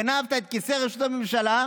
גנבת את כיסא ראשות הממשלה.